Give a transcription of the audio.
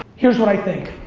here's what i think.